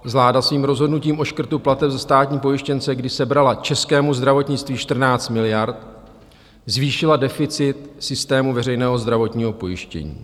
Vláda svým rozhodnutím o škrtu plateb za státní pojištěnce, kdy sebrala českému zdravotnictví 14 miliard, zvýšila deficit systému veřejného zdravotního pojištění.